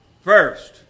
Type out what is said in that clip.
first